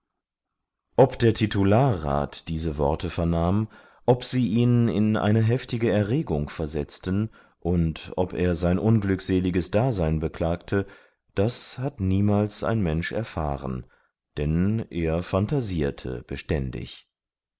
ob der titularrat diese worte vernahm ob sie ihn in eine heftige erregung versetzten und ob er sein unglückseliges dasein beklagte das hat niemals ein mensch erfahren denn er phantasierte beständig